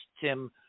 Tim